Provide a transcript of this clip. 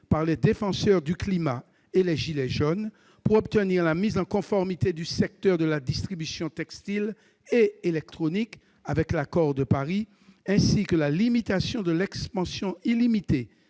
par les défenseurs du climat et les « gilets jaunes » pour obtenir la mise en conformité du secteur de la distribution textile et électronique avec l'accord de Paris, ainsi que la limitation de l'expansion illimitée